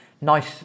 Nice